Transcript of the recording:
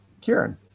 Kieran